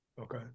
Okay